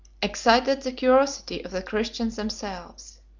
excited the curiosity of the christians themselves.